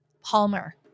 Palmer